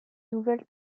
nouvelle